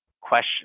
question